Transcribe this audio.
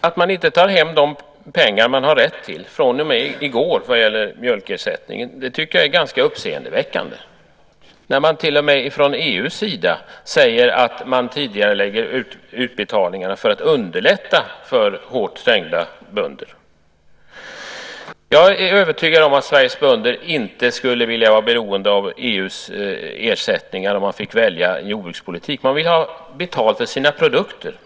Att man inte tar hem de pengar man har rätt till - från och med i går vad gäller mjölkersättningen - är ganska uppseendeväckande. Det sägs till och med från EU:s sida att man tidigarelägger utbetalningarna för att underlätta för hårt trängda bönder. Jag är övertygad om att Sveriges bönder, om de fick välja jordbrukspolitik, inte skulle vilja vara beroende av EU:s ersättningar. De vill ha betalt för sina produkter.